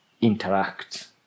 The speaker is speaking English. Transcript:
interact